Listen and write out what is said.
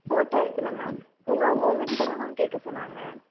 photo எத்தனை ma'am உங்கள் அவங்க உங்கள் கிட்டே தான் மேம் கேட்க சொன்னாங்க